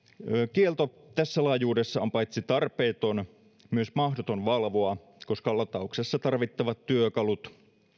kielto tässä laajuudessa on paitsi tarpeeton myös mahdoton valvoa koska latauksessa tarvittavat työkalut